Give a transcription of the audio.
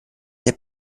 der